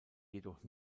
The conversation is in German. jedoch